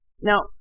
Now